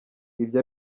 ibyo